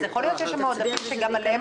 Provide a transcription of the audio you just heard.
אז הכול יוצא שיש שם עודפים שגם עליהם